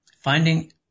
Finding